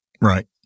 Right